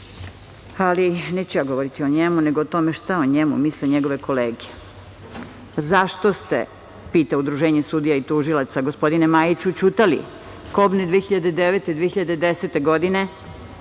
ali neću ja govoriti o njemu nego o tome šta o njemu misle njegove kolege. Pita Udruženje sudija i tužilaca - zašto ste, gospodine Majiću, ćutali kobne 2009. i 2010. godine,